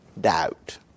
doubt